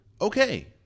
Okay